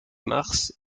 mars